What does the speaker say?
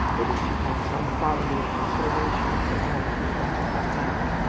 it is to have some quality of consideration for all who cross our path.